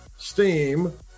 Steam